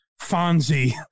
Fonzie